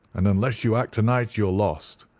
and unless you act to-night you are lost.